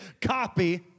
copy